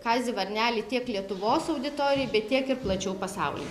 kazį varnelį tiek lietuvos auditorijai bet tiek ir plačiau pasauly